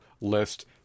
list